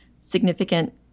significant